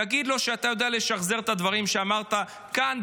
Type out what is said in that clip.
תגיד לו שאתה יודע לשחזר את הדברים שאמרת כאן,